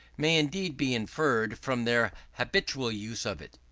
may indeed be inferred from their habitual use of it.